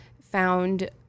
found